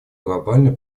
глобальной